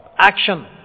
Action